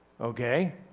Okay